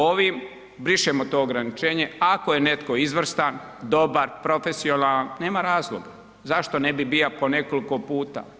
Ovim brišemo to ograničenje, ako je netko izvrstan, dobar, profesionalan, nema razlog zašto ne bi bio po nekoliko puta.